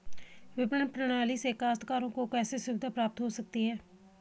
विपणन प्रणाली से काश्तकारों को कैसे सुविधा प्राप्त हो सकती है?